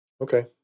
Okay